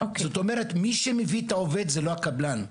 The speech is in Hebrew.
זאת אומרת מי שמביא את העובד הוא לא הקבלן.